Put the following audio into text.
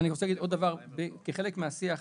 אני שומע את זה --- כחלק מהשיח,